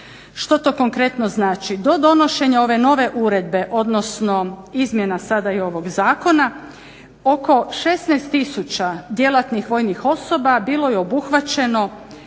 Što to konkretno znači? Do donošenja ove nove uredbe, odnosno izmjena sada i ovog zakona oko 16 000 djelatnih vojnih osoba bilo je obuhvaćeno